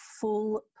full